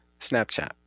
Snapchat